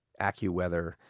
AccuWeather